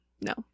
No